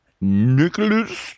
Nicholas